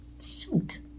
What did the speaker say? shoot